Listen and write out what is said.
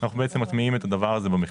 אנחנו מטמיעים את זה המחירים.